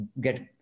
Get